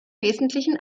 wesentlichen